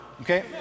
okay